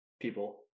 people